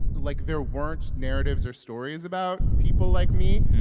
like, there weren't narratives or stories about people like me.